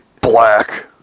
Black